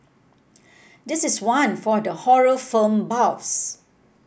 this is one for the horror film buffs